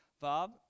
Bob